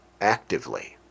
actively